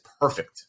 perfect